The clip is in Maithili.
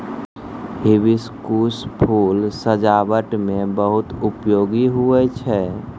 हिबिस्कुस फूल सजाबट मे बहुत उपयोगी हुवै छै